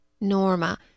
Norma